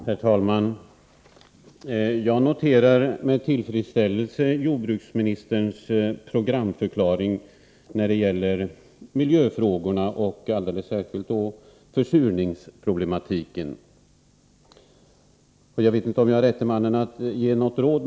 Herr talman! Jag noterar med tillfredsställelse jordbruksministerns programförklaring när det gäller miljöfrågorna och alldeles särskilt när det gäller försurningsproblematiken. Jag kanske inte är rätte mannen att ge något råd.